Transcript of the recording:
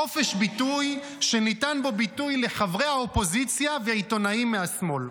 חופש ביטוי שניתן בו ביטוי לחברי האופוזיציה ולעיתונאים מהשמאל,